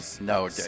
No